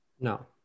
No